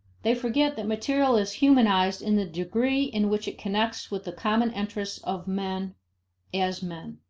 they forget that material is humanized in the degree in which it connects with the common interests of men as men.